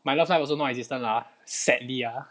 my love life also non-existent lah sadly ah